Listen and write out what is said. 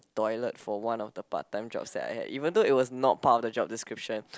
toilet for one of the part time jobs that I had even though it was not part of the job description